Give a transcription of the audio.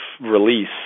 release